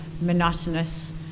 monotonous